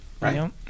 Right